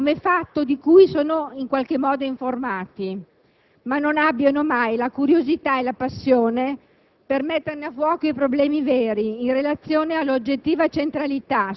giornalisti e opinionisti politici parlano della scuola come argomento di cui sono in qualche modo informati. Essi, però, non hanno mai la curiosità e la passione